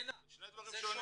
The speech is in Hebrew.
זה שני דברים שונים.